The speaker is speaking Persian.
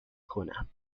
کنم